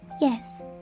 Yes